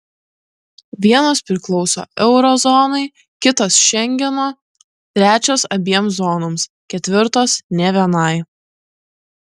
vienos priklauso euro zonai kitos šengeno trečios abiem zonoms ketvirtos nė vienai